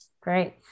great